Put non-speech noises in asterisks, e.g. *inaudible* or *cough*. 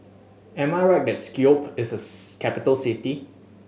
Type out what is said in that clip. am I right that Skopje is a *unintelligible* capital city